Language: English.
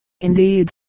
Indeed